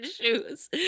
shoes